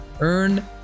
Earn